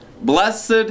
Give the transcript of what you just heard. Blessed